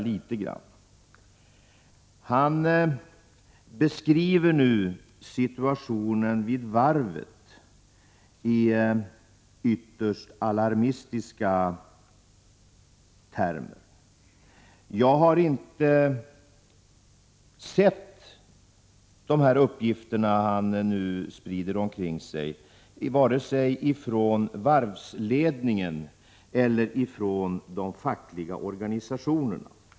Göthe Knutson beskriver situationen vid varvet i ytterst ”alarmistiska” termer. Jag har inte fått de uppgifter Göthe Knutson nu sprider omkring sig vare sig från varvsledningen eller från de fackliga organisationerna.